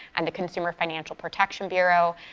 and the consumer financial protection bureau